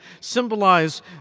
symbolize